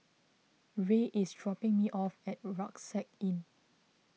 Rey is dropping me off at Rucksack Inn